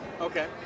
Okay